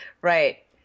Right